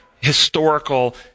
historical